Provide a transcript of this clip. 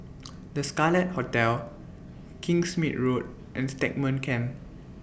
The Scarlet Hotel Kingsmead Road and Stagmont Camp